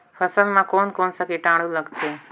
फसल मा कोन कोन सा कीटाणु लगथे?